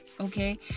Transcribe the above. okay